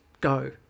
go